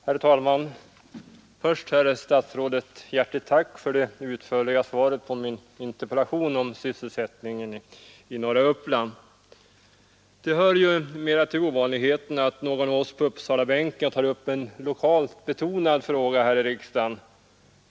Herr talman! Först, herr statsråd, ett hjärtligt tack för det utförliga svaret på min interpellation om sysselsättningen i norra Uppland! Det hör ju mera till ovanligheten att någon av oss på Uppsalabänken tar upp en lokalt betonad fråga här i riksdagen.